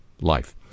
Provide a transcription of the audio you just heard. life